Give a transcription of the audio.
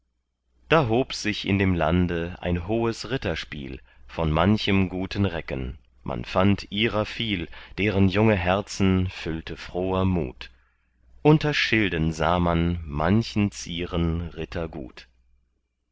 da hob sich in dem lande ein hohes ritterspiel von manchem guten recken man fand ihrer viel deren junge herzen füllte froher mut unter schilden sah man manchen zieren ritter